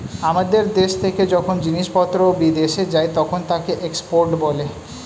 আমাদের দেশ থেকে যখন জিনিসপত্র বিদেশে যায় তখন তাকে এক্সপোর্ট বলে